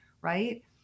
right